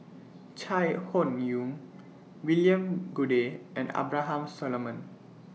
Chai Hon Yoong William Goode and Abraham Solomon